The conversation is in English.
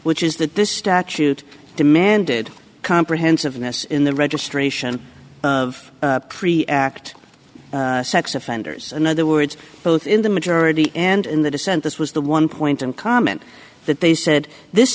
which is that this statute demanded comprehensiveness in the registration of pre act sex offenders in other words both in the majority and in the dissent this was the one point in common that they said this